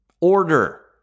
order